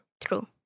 true